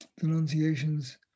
denunciations